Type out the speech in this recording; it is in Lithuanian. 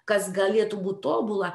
kas galėtų būt tobula